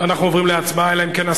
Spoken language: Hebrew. אנחנו עוברים להצבעה אלא אם כן,